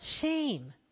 shame